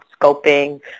scoping